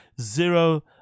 zero